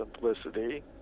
simplicity